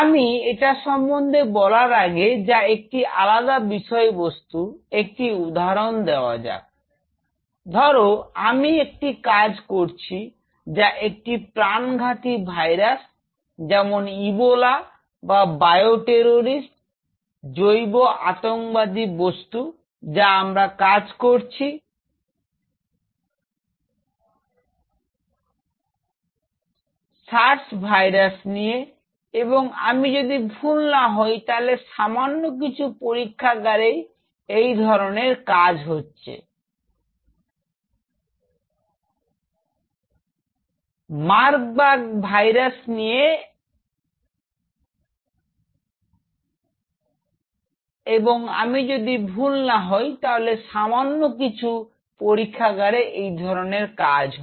আমি এটা সম্বন্ধে বলার আগে যা একটি আলাদা বিষয় বস্তু একটি উদাহরণ দেওয়া যাক ধরো আমি একটি কাজ করছি যা একটি প্রাণঘাতী ভাইরাস যেমন ইবোলা যা বায়ো টেরোরিস্ট জৈব আতঙ্কবাদী বস্তু আমরা কাজ করছি মার বার্গ ভাইরাস নিয়ে এবং আমি যদি ভুল না হই তাহলে সামান্য কিছু পরীক্ষাগারেই এই ধরনের কাজ হয়